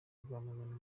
rwamagana